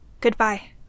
Goodbye